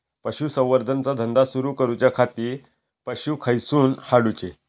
पशुसंवर्धन चा धंदा सुरू करूच्या खाती पशू खईसून हाडूचे?